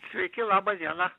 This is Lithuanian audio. sveiki laba diena